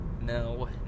no